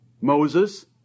Moses